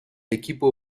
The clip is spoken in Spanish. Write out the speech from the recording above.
equipo